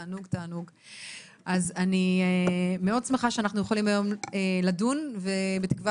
אני מאוד שמחה שאנחנו יכולים היום לדון ובתקווה